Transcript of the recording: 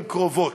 הן קרובות,